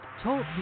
talk